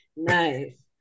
nice